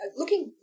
looking